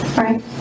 right